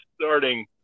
starting